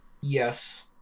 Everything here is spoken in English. yes